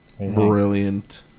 Brilliant